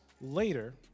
later